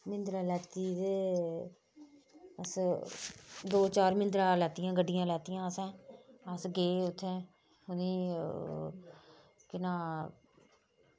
मिंदरा लैती अस दो चार मिंदरा लैतियां गड्डियां लैतियां असें अस गै उत्थै उ'नें केह् नांऽ